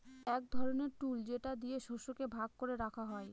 এক ধরনের টুল যেটা দিয়ে শস্যকে ভাগ করে রাখা হয়